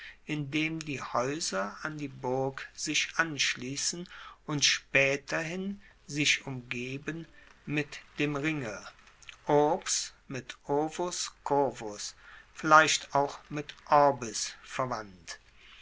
indem die haeuser an die burg sich anschliessen und spaeterhin sich umgeben mit dem ringe urbs mit urvus curvus vielleicht auch mit orbis verwandt